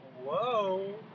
whoa